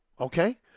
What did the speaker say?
okay